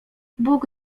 bóg